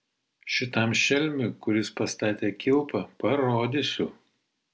šitam šelmiui kuris pastatė kilpą parodysiu